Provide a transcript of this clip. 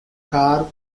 carr